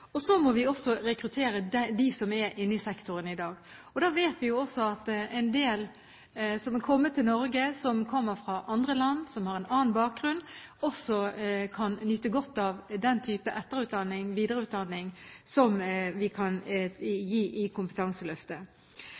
og hvorfor det er noen som går ut. Så må vi også rekruttere dem som er i sektoren i dag. Vi vet at en del som er kommet til Norge fra andre land, som har en annen bakgrunn, også kan nyte godt av den typen etterutdanning, videreutdanning, som vi kan gi i Kompetanseløftet.